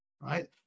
right